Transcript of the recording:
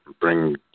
bring